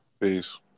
Peace